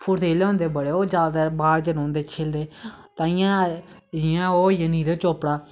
फुर्तीले होंदे ओह् जैदातर बाह्र गै रौंह्दे खेलदे ताईयैं जियां ओह् होईया नीरज चोपड़ा